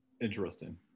Interesting